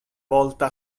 volta